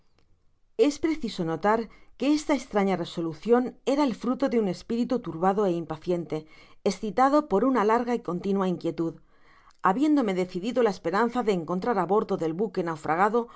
es preciso notar que esta estraña resolucion era el fruto de un espiritu turbado é impaciente escitado por una larga y continua inquietud habiéndome decidido la esperanza de encontrar á bordo del buque naufragado